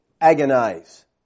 agonize